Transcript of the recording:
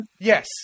Yes